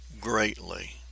greatly